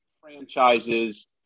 franchises